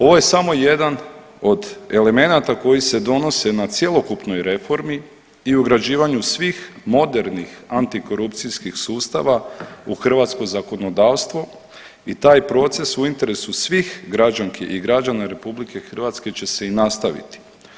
Ovo je samo jedan od elemenata koji se donose na cjelokupnoj reformi i ugrađivanju svih modernih antikorupcijskih sustava u hrvatsko zakonodavstvo i taj proces u interesu svih građanki i građana RH će se i nastaviti.